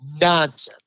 nonsense